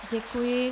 Děkuji.